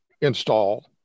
install